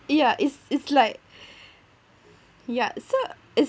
yeah it's it's like yeah so it's